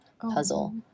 puzzle